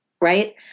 Right